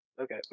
Okay